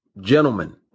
Gentlemen